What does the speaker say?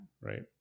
Right